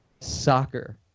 soccer